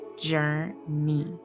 journey